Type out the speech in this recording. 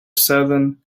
southern